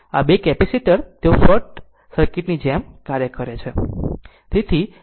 આ 2 કેપેસિટર તેઓ short circuit ની જેમ કાર્ય કરે છે